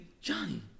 Johnny